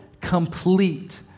complete